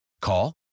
Call